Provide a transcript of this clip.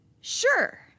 sure